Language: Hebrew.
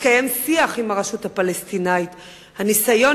מתקיים שיח עם הרשות הפלסטינית בניסיון